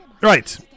Right